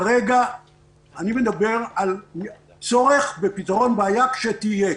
כרגע אני מדבר על צורך בפתרון בעיה כשתהיה.